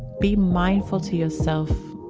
be mindful to yourself.